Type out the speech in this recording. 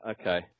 Okay